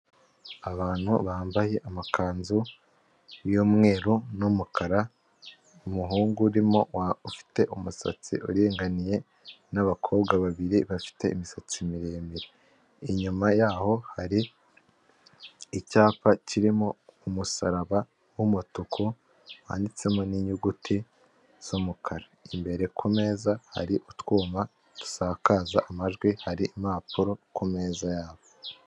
Abantu bambaye amakanzu y'umweru n'umukara, umuhungu urimo ufite umusatsi uringaniye n'abakobwa babiri bafite imisatsi miremire, inyuma yaho hari icyapa kirimo umusaraba w'umutuku wanditsemo ninyuguti z'umukara, imbere kumeza hari utwuma dusakaza amajwi hari impapuro kumeza yabo.